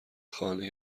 خانه